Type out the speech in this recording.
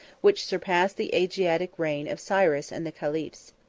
which surpassed the asiatic reign of cyrus and the caliphs.